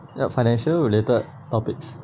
yup financial related topics